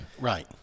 Right